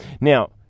Now